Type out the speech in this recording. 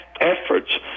efforts